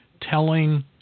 telling